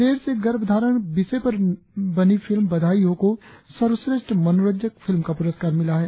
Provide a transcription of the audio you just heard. देर से गर्भधारण विषय पर बनी फिल्म बधाई हो को सर्वश्रेष्ठ मनोंरजक फिल्म का प्रस्कार मिला है